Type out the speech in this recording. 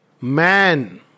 Man